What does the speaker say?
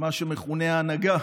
למה שמכונה ההנהגה